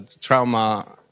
trauma